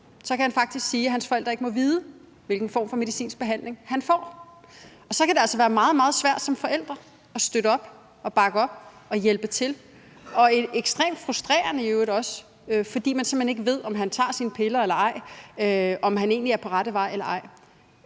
år, kan han faktisk sige, at hans forældre ikke må vide, hvilken form for medicinsk behandling han får, og så kan det altså være meget, meget svært som forældre at støtte op og bakke op og hjælpe til, og det kan i øvrigt også være ekstremt frustrerende, fordi de simpelt hen ikke ved, om han tager sine piller eller ej, eller om han egentlig er på rette vej eller ej.